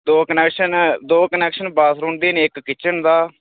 दो कनैक्शन दौ connection bathroom दे न इक किचन दा